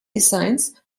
designs